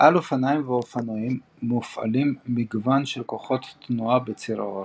על אופניים ואופנועים מופעלים מגוון של כוחות ותנועות בציר האורך.